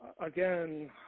again